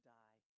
die